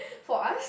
for us